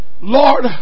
Lord